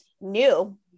new